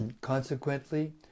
Consequently